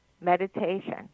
meditation